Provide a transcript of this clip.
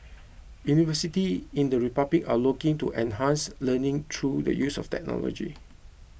university in the republic are looking to enhance learning through the use of technology